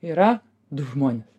yra du žmonės